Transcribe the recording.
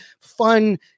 fun